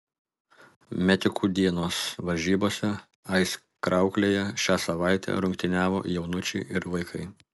metikų dienos varžybose aizkrauklėje šią savaitę rungtyniavo jaunučiai ir vaikai